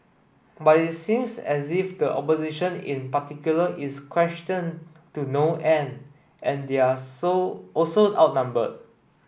but it seems as if the opposition in particular is questioned to no end and they're also outnumbered